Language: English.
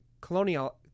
colonial